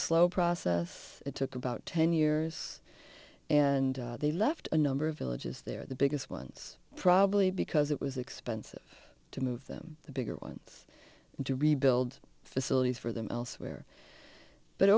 slow process it took about ten years and they left a number of villages there the biggest ones probably because it was expensive to move them the bigger ones to rebuild facilities for them elsewhere but